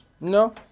no